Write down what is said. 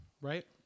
Right